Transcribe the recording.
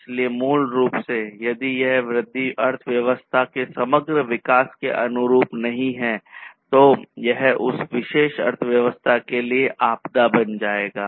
इसलिए मूल रूप से यदि यह वृद्धि अर्थव्यवस्था के समग्र विकास के अनुरूप नहीं है तो यह उस विशेष अर्थव्यवस्था के लिए आपदा बन जाएगा